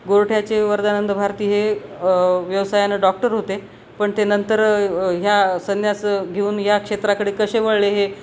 गोरठ्याचे वरदानंद भारती हे व्यवसायानं डॉक्टर होते पण ते नंतर ह्या संन्यास घेऊन या क्षेत्राकडे कसे वळले हे